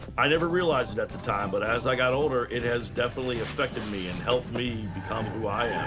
i never realized it at the time, but as i got older, it has definitely affected me, and helped me become who i am.